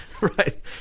Right